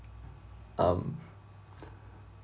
um